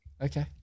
Okay